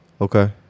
Okay